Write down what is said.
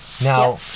Now